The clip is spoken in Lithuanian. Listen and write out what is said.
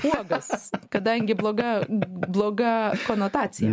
uogas kadangi bloga bloga konotacija